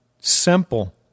simple